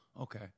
okay